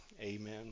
amen